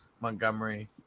montgomery